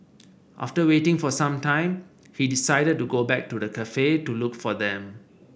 after waiting for some time he decided to go back to the cafe to look for them